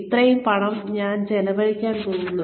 അത്രയും പണം ഞാൻ ചെലവഴിക്കാൻ പോകുന്നു